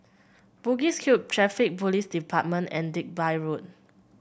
Bugis Cube Traffic Police Department and Digby Road